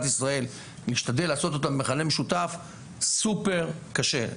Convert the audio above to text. ישראל ולתת להם מכנה משותף זה דבר סופר קשה,